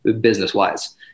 business-wise